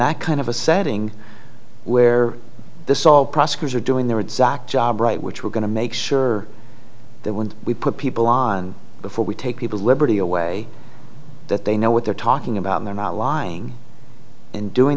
that kind of a setting where this all prosecutors are doing their exact job right which we're going to make sure that when we put people on before we take people's liberty away that they know what they're talking about they're not lying and doing